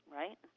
right